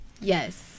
yes